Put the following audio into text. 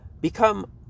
become